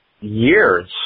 years